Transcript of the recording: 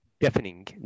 deafening